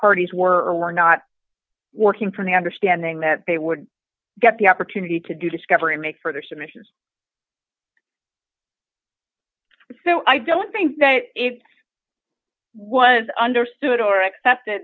parties were or were not working from the understanding that they would get the opportunity to do discovery make for their submissions so i don't think that it was understood or accepted